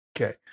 okay